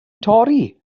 torri